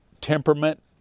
temperament